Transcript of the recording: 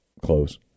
close